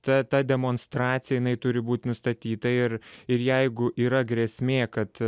ta ta demonstracija jinai turi būt nustatyta ir ir jeigu yra grėsmė kad